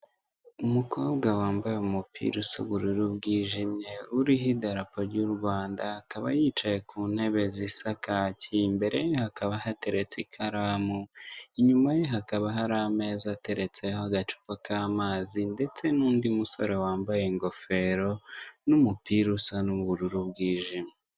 Umukobwa wambaye umupira usa ubururu bwijimye, uriho idarapo ry'u Rwanda akaba yicaye ku ntebe zisa kaki, imbere hakaba hateretse ikaramu, inyuma ye hakaba hari ameza ateretseho agacupa k'amazi, ndetse n'undi musore wambaye ingofero, n'umupira usa n'ubururu bwijimye.